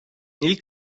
ilk